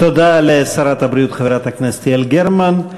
תודה לשרת הבריאות, חברת הכנסת יעל גרמן.